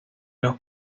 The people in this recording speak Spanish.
los